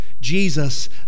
Jesus